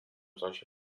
coś